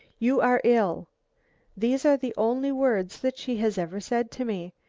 you are ill these are the only words that she has ever said to me,